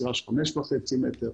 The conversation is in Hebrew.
סירה של 5.5 מטרים,